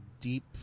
Deep